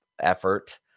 effort